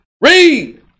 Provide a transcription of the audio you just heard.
Read